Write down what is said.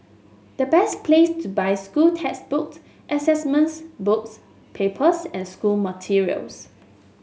the best place to buy school textbooks assessments books papers and school materials